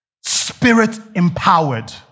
spirit-empowered